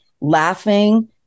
laughing